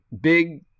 big